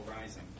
rising